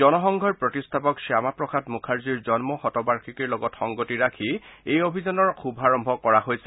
জনসংঘৰ প্ৰতিষ্ঠাপক শ্যামা প্ৰসাদ মুখাৰ্জীৰ জন্মবাৰ্ষিকীৰ লগত সংগতি ৰাখি এই অভিযানৰ শুভাৰম্ভ কৰা হৈছে